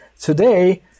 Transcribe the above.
Today